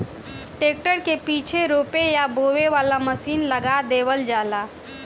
tractor के पीछे रोपे या बोवे वाला मशीन लगा देवल जाला